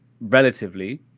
relatively